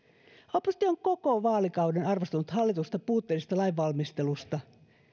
oppositio on koko vaalikauden arvostellut hallitusta puutteellisesta lainvalmistelusta